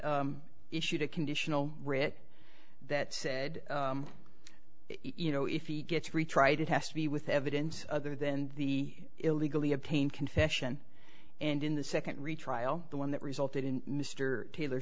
and issued a conditional writ that said you know if he gets retried it has to be with evidence other than the illegally obtained confession and in the second retrial the one that resulted in mr taylor